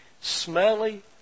smelly